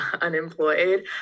unemployed